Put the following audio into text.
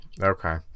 Okay